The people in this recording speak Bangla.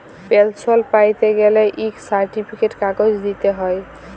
পেলসল প্যাইতে গ্যালে ইক সার্টিফিকেট কাগজ দিইতে হ্যয়